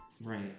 Right